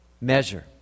measure